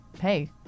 hey